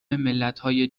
ملتهای